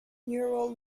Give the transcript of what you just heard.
neural